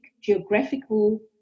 geographical